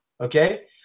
okay